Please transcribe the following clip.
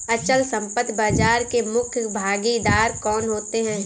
अचल संपत्ति बाजार के मुख्य भागीदार कौन होते हैं?